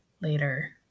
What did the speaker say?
later